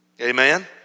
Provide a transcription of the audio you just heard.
amen